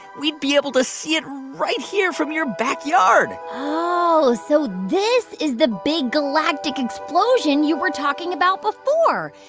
we'd be able to see it right here from your backyard oh, so this is the big galactic explosion you were talking about before.